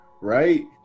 right